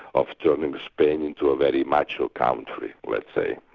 of turning spain into a very macho country, let's say.